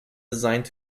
designed